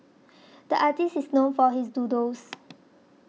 the artist is known for his doodles